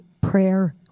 prayer